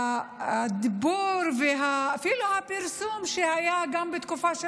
הדיבור ואפילו הפרסום שהיו גם בתקופה של